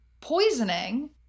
poisoning